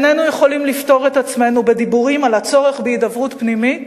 איננו יכולים לפטור את עצמנו בדיבורים על הצורך בהידברות פנימית